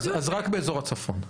אז רק באזור הצפון.